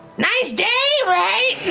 nice day, right?